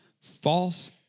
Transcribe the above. False